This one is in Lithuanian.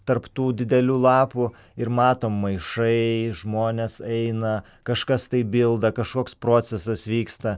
tarp tų didelių lapų ir matom maišai žmonės eina kažkas tai bilda kažkoks procesas vyksta